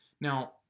Now